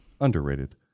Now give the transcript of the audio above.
Underrated